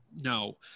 No